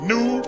New